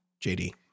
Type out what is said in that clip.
JD